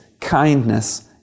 kindness